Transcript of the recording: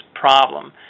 problem